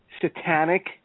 satanic